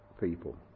people